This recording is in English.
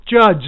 judge